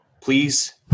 Please